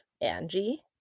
Angie